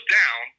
down